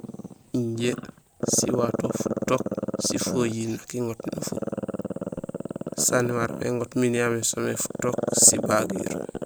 Injé siwato futook sifojiir nak iŋoot nufuk; saan iwarmé iŋoot niyaméén soniyee futook sibagiir.